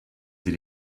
sie